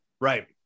Right